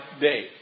day